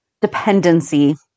dependency